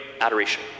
adoration